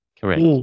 Correct